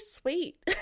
sweet